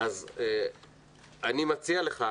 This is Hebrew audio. אני מציע לך,